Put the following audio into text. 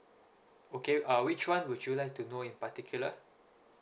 okay uh which one would you like to know in particular